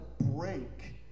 break